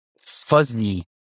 fuzzy